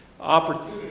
opportunity